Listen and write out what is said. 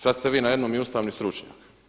Sad ste vi najednom i ustavni stručnjak.